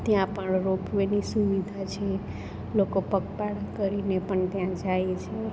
ત્યાં પણ રોપ વેની સુવિધા છે લોકો પગપાળા કરીને પણ ત્યાં જાય છે